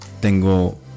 tengo